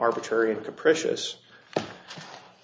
arbitrary and capricious